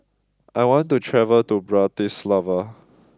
I want to travel to Bratislava